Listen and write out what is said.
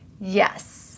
Yes